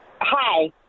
Hi